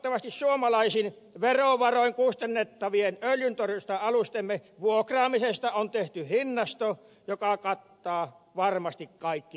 toivottavasti suomalaisin verovaroin kustannettavien öljyntorjunta alustemme vuokraamisesta on tehty hinnasto joka kattaa varmasti kaikki kustannukset